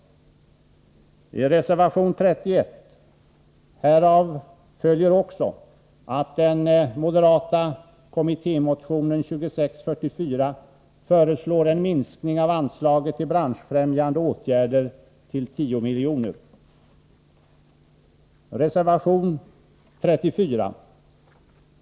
Reservation 31. Härav följer också att vi i den moderata kommittémotionen 2644 föreslår en minskning av anslaget till branschfrämjande åtgärder till 10 miljoner. Reservation 34.